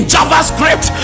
JavaScript